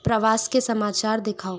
प्रवास के समाचार दिखाओ